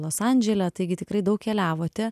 los andžele taigi tikrai daug keliavote